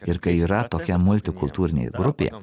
ir kai yra tokia multikultūrinė grupė